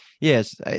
yes